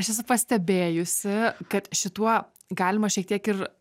aš esu pastebėjusi kad šituo galima šiek tiek ir